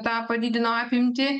tą padidino apimtį